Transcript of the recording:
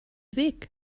weg